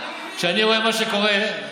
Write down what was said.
כשאני רואה מה שקורה,